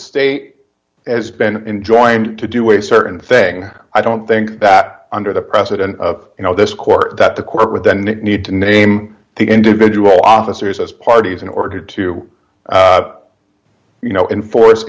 state as been enjoined to do a certain thing i don't think that under the precedent of you know this court that the court with than it need to name the individual officers as parties in order to you know enforce